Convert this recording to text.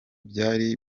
byari